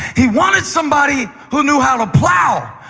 he wanted somebody who knew how to plow,